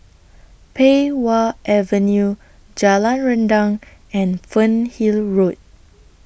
Pei Wah Avenue Jalan Rendang and Fernhill Road